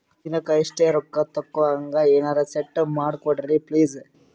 ಒಂದಿನಕ್ಕ ಇಷ್ಟೇ ರೊಕ್ಕ ತಕ್ಕೊಹಂಗ ಎನೆರೆ ಸೆಟ್ ಮಾಡಕೋಡ್ರಿ ಪ್ಲೀಜ್?